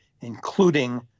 including